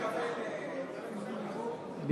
אדוני, אפשר לקבל רשות דיבור?